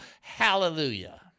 Hallelujah